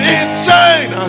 insane